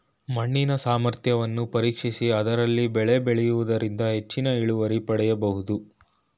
ಮಣ್ಣಿನ ಸಾಮರ್ಥ್ಯವನ್ನು ಪರೀಕ್ಷಿಸಿ ಅದರಲ್ಲಿ ಬೆಳೆ ಬೆಳೆಯೂದರಿಂದ ಹೆಚ್ಚಿನ ಇಳುವರಿ ಪಡೆಯಬೋದು